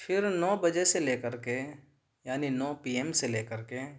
پھر نو بجے سے لے کر کے یعنی نو پی ایم سے لے کر کے